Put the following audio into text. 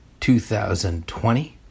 2020